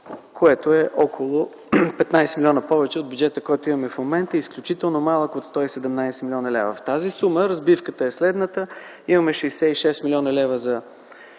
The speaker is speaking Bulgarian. което е около 15 млн. лв. повече от бюджета, който имаме в момента – изключително малък от 117 млн. лв. В тази сума разбивката е следната: имаме 66 млн. лв. за